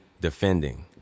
defending